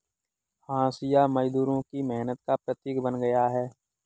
हँसिया मजदूरों की मेहनत का प्रतीक बन गया है